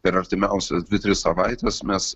per artimiausias dvi tris savaites mes